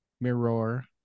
mirror